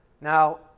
Now